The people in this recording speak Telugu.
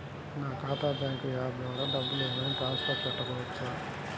నా ఖాతా బ్యాంకు యాప్ ద్వారా డబ్బులు ఏమైనా ట్రాన్స్ఫర్ పెట్టుకోవచ్చా?